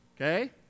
Okay